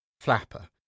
flapper